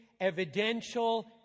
evidential